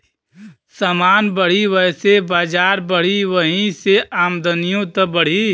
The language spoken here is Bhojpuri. समान बढ़ी वैसे बजार बढ़ी, वही से आमदनिओ त बढ़ी